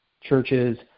churches